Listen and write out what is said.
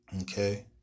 Okay